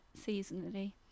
seasonally